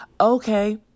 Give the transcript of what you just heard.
Okay